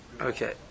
okay